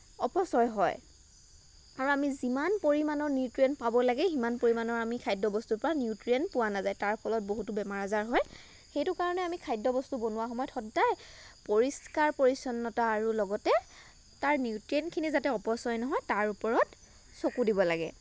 অপচয় হয় আৰু আমি যিমান পৰিমাণৰ নিউট্ৰিইন পাব লাগে সিমান পৰিমাণৰ আমি খাদ্য বস্তুৰ পৰা নিউট্ৰেইন পোৱা নাযায় তাৰ ফলত বহুতো বেমাৰ আজাৰ হয় সেইটো কাৰণে আমি খাদ্য বস্তু বনোৱাৰ সময়ত সদায় পৰিষ্কাৰ পৰিচ্ছন্নতা আৰু লগতে তাৰ নিউট্ৰেইনখিনি যাতে অপচয় নহয় তাৰ ওপৰত চকু দিব লাগে